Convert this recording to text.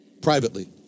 Privately